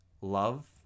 love